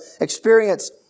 experience